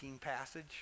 passage